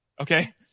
okay